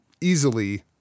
easily